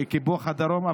קיפוח הדרום.